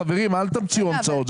חברים, אל תמציאו המצאות.